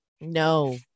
No